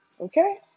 Okay